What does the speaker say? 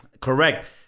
correct